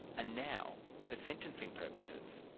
and now, for sentencing purposes,